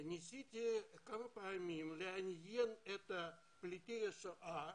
ניסיתי כמה פעמים לעניין את פליטי השואה